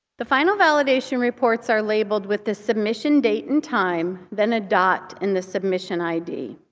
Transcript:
the final validation reports are labeled with the submission date and time, then a dot, and the submission id.